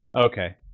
okay